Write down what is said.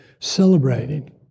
celebrating